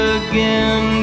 again